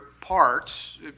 parts